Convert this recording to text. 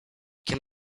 can